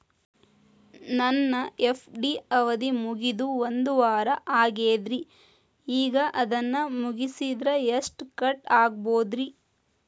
ನನ್ನ ಎಫ್.ಡಿ ಅವಧಿ ಮುಗಿದು ಒಂದವಾರ ಆಗೇದ್ರಿ ಈಗ ಅದನ್ನ ಮುರಿಸಿದ್ರ ಎಷ್ಟ ಕಟ್ ಆಗ್ಬೋದ್ರಿ?